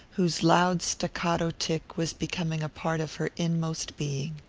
whose loud staccato tick was becoming a part of her inmost being.